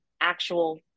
actual